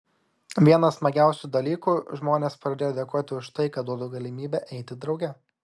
vienas smagiausių dalykų žmonės pradėjo dėkoti už tai kad duodu galimybę eiti drauge